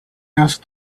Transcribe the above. asked